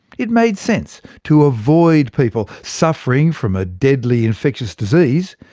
it made sense to avoid people suffering from a deadly infectious disease,